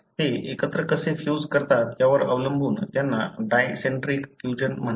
ते एकत्र कसे फ्यूज करतात यावर अवलंबून त्यांना डायसेंट्रिक फ्यूजन म्हणतात